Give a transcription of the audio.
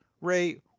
Ray